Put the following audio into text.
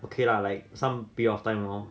okay lah like some period of time lor